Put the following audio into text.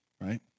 right